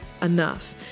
enough